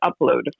upload